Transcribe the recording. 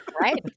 Right